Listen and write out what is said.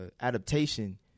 adaptation